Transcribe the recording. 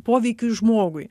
poveikiui žmogui